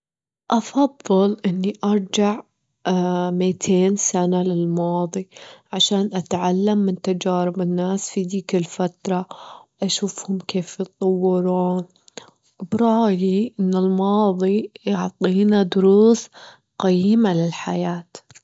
أفضل إني أرجع متين سنة للماضي عشان أتعلم من تجارب الناس في ديك الفترة، أشوفهم كيف يطورون، برايي أن الماضي يعطينا دروس قيمة للحياة.